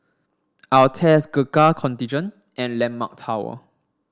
Altez Gurkha Contingent and Landmark Tower